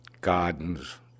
gardens